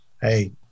hey